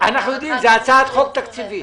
-- אנחנו יודעים זו הצעת חוק תקציבית.